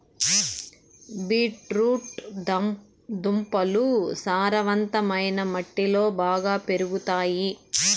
beet root దుంపలు సారవంతమైన మట్టిలో బాగా పెరుగుతాయి